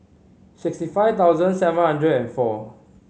sixty five thousand seven hundred and four